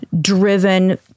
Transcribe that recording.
driven